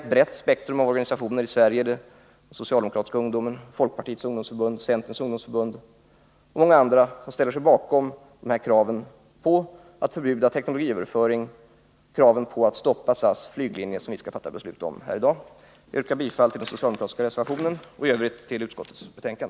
Ett brett spektrum av svenska ungdomsorganisationer — Socialdemokratiska ungdomsförbundet, Folkpartiets ungdomsförbund, Centerns ungdomsförbund och många andra — står bakom de här kraven på att man skall förbjuda teknologiöverföring och stoppa SAS flyglinjer på Sydafrika, alltså de frågor vi skall fatta beslut om här i dag. Herr talman! Med detta yrkar jag bifall till den socialdemokratiska reservationen och i övrigt bifall till utskottets hemställan.